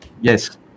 Yes